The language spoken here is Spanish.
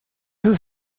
sus